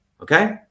Okay